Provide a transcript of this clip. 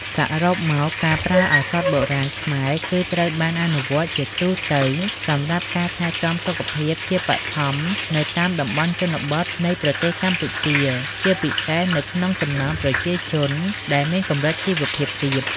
សរុបមក ការប្រើឱសថបុរាណខ្មែរគឺត្រូវបានអនុវត្តជាទូទៅសម្រាប់ការថែទាំសុខភាពជាបឋមនៅតាមតំបន់ជនបទនៃប្រទេសកម្ពុជា ជាពិសេសនៅក្នុងចំណោមប្រជាជនដែលមានកម្រិតជីវភាពទាប